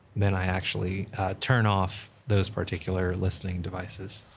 then i actually turn off those particular listening devices.